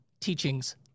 teachings